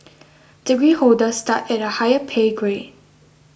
degree holders start at a higher pay grade